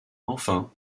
enfin